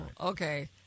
okay